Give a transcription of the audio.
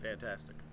fantastic